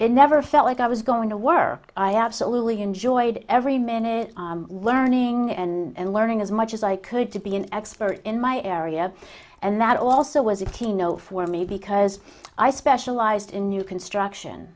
it never felt like i was going to work i absolutely enjoyed every minute learning and learning as much as i could to be an expert in my area and that also was a keno for me because i specialized in new construction